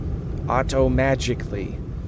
automagically